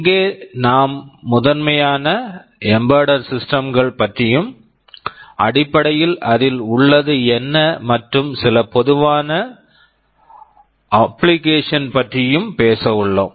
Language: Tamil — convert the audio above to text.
இங்கே நாம் முதன்மையான எம்பெடெட் சிஸ்டம்ஸ் Embedded Systems கள் பற்றியும் அடிப்படையில் அதில் உள்ளது என்ன மற்றும் சில பொதுவான அப்ப்ளிகேஷன் application கள் பற்றியும் பேச உள்ளோம்